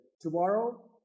tomorrow